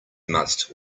must